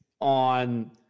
on